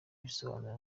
bisobanura